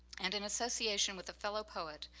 and in association with a fellow poet,